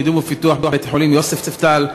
קידום ופיתוח בית-החולים יוספטל,